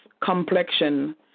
complexion